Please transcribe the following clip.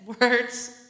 Words